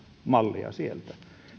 mallia sieltä